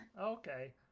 Okay